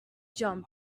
jump